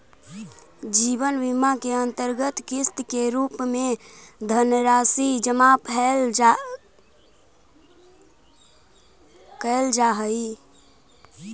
जीवन बीमा के अंतर्गत किस्त के रूप में धनराशि जमा कैल जा हई